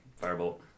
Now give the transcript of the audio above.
Firebolt